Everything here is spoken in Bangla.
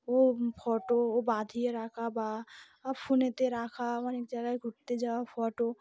ও ফটো ও বাঁধিয়ে রাখা বা ফোনেতে রাখা অনেক জায়গায় ঘুরতে যাওয়া ফটো